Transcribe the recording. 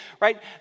right